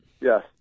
Yes